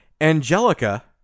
Angelica